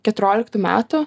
keturioliktų metų